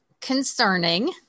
concerning